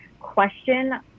question